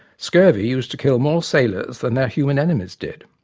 scurvy used to kill more sailors than their human enemies did.